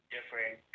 Different